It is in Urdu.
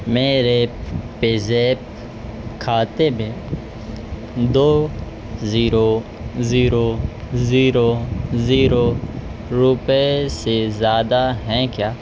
میرے پے زیپ کھاتے میں دو زیرو زیرو زیرو زیرو روپئے سے زیادہ ہیں کیا